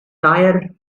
tire